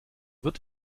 wird